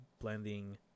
blending